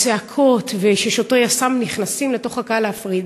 והצעקות, ואת שוטרי יס"מ נכנסים לתוך הקהל להפריד.